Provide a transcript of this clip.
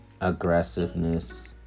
aggressiveness